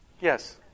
Yes